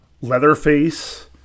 Leatherface